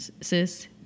sis